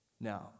Now